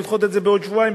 לדחות את זה בעוד שבועיים,